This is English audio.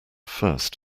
first